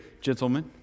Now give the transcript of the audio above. gentlemen